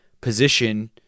position